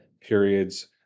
periods